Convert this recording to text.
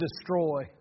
destroy